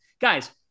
Guys